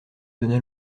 donna